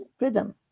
rhythm